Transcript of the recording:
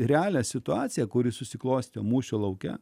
realią situaciją kuri susiklostė mūšio lauke